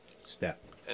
step